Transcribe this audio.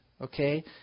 Okay